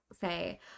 say